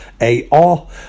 A-R